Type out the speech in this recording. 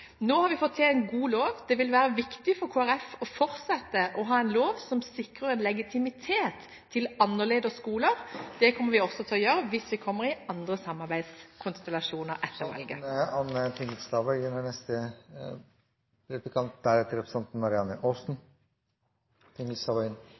Nå har vi fått til en god lov. Det vil være viktig for Kristelig Folkeparti å fortsette å ha en lov som sikrer en legitimitet til annerledes skoler. Det kommer vi også til å gjøre hvis vi kommer i andre samarbeidskonstellasjoner etter valget.